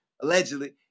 allegedly